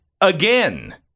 again